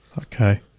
Okay